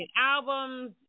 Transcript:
albums